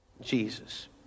Jesus